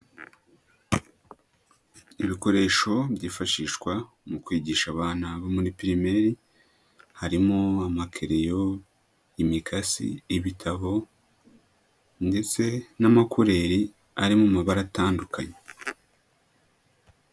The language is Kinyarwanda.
Ibikoresho byifashishwa mu kwigisha abana bo muri primeri harimo amakereyo, imikasi, ibitabo ndetse n'amakureri, ari mu mabara atandukanye.